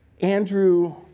Andrew